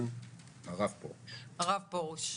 הרב פרוש.